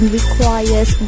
requires